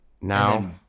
Now